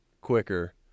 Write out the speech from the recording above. quicker